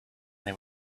they